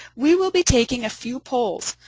we will be taking a few polls.